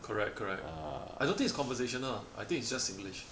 correct correct I don't think is conversational I think it's just singlish